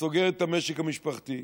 וסוגרת את המשק המשפחתי,